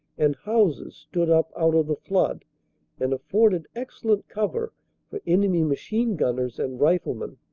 and houses stood up out of the flood and afforded excellent cover for enemy machine-gunners and riflemen.